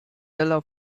middle